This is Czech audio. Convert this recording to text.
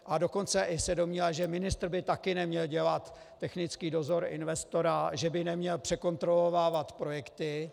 A dokonce se domnívám, že ministr by taky neměl dělat technický dozor investora, že by neměl překontrolovávat projekty.